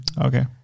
okay